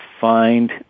find